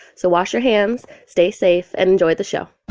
so wash your hands, stay safe and enjoy the show